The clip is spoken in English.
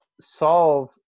solve